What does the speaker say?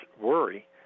worry